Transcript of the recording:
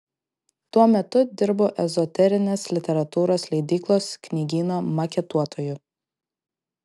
tuo metu dirbau ezoterinės literatūros leidyklos knygyno maketuotoju